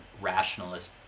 rationalist